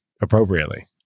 appropriately